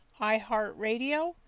iHeartRadio